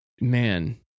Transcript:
Man